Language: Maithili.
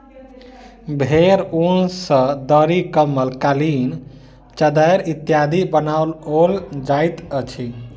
भेंड़क ऊन सॅ दरी, कम्बल, कालीन, चद्दैर इत्यादि बनाओल जाइत अछि